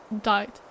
died